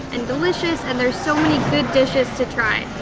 and delicious, and there's so many good dishes to try.